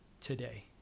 today